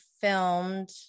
filmed